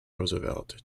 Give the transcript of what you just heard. roosevelt